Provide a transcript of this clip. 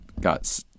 got